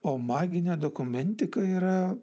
o maginė dokumentika yra